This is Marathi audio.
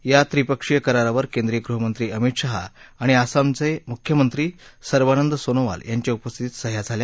या त्रिपक्षीय करारावर केंद्रीय गृहमंत्री अमित शहा आणि असमचे मुख्यमंत्री सर्बानंद सोनोवाल यांच्या उपस्थितीत सह्या झाल्या